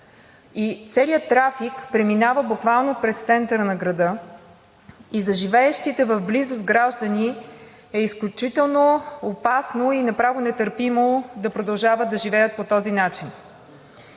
целият трафик преминава буквално през центъра на града и за живеещите в близост граждани е изключително опасно и направо нетърпимо да продължава да живеят по този начин.